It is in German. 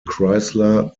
chrysler